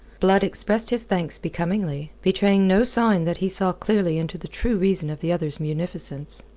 blood expressed his thanks becomingly, betraying no sign that he saw clearly into the true reason of the other's munificence.